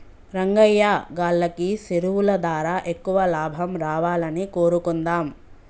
రంగయ్యా గాల్లకి సెరువులు దారా ఎక్కువ లాభం రావాలని కోరుకుందాం